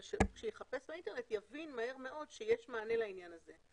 אבל כשהוא יחפש באינטרנט הוא יבין מהר מאוד שיש מענה לעניין הזה.